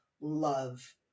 love